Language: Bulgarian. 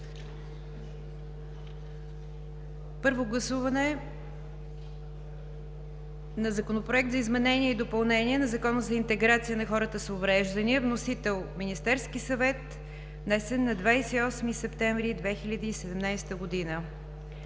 Първо гласуване за Законопроект за изменение и допълнение на Закона за интеграция на хората с увреждания. Вносител – Министерският съвет, внесен на 28 септември 2017 г.